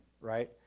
right